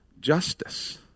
justice